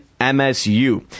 msu